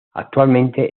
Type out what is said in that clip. actualmente